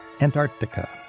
Antarctica